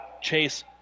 Chase